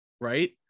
right